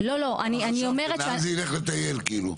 לאן זה יילך לטייל כאילו.